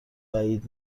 بعید